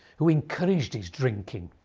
who encouraged his drinking.